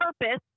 purpose